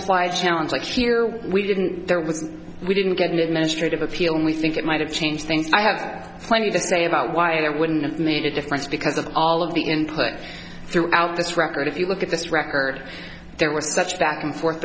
applied challenge like here we didn't there was we didn't get an administrative appeal we think it might have changed things i have plenty to say about why it wouldn't have made a difference because of all of the input throughout this record if you look at this record there was such back and forth